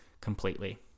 completely